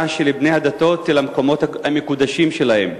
של בני הדתות למקומות המקודשים להם.